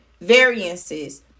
variances